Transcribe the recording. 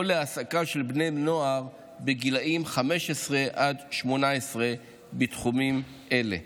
להעסקה של בני נוער בגילים 15 עד 18 בתחומים אלו,